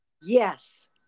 Yes